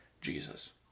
Jesus